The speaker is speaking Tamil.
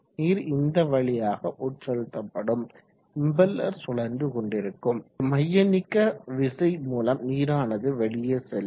நீர் இந்த வழியாக உட்செலுத்தப்படும் இம்பெல்லர் சுழன்று கொண்டிருக்கும் மையநீக்கவிசை மூலம் நீரானது வெளியே செல்லும்